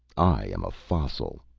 i am a fossil.